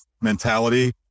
mentality